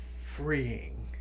freeing